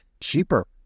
cheaper